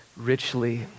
richly